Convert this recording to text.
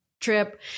trip